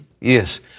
Yes